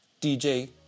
DJ